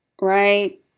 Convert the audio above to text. right